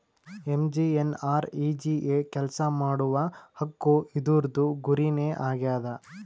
MGNREGA ಕೆಲ್ಸಾ ಮಾಡುವ ಹಕ್ಕು ಇದೂರ್ದು ಗುರಿ ನೇ ಆಗ್ಯದ